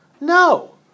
No